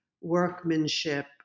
workmanship